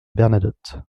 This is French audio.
bernadotte